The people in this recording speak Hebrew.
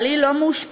בעלי לא מאושפז,